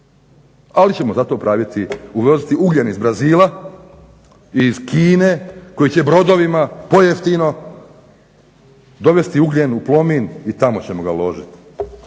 Ali ćemo zato uvoziti ugljen iz Brazila i iz Kine koji će brodovima pojeftino dovesti ugljen u Plomin i tamo ćemo ga ložit.